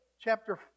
chapter